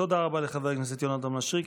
תודה רבה לחבר הכנסת יונתן מישרקי.